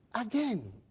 again